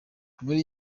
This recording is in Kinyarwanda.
muri